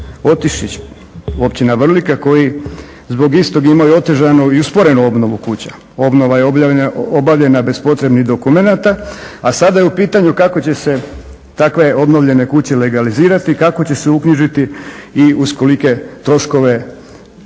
Otišić koji zbog istog imaju otežanu i usporenu obnovu kuća. Obnova je obavljena bez potrebnih dokumenata. A sada je u pitanju kako će se tako obnovljene kuće legalizirati, kako će se uknjižiti i uz kolike troškove tih